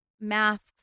masks